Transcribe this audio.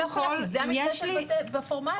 זה המתווה בחינוך הפורמלי.